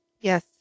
Yes